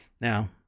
Now